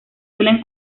suelen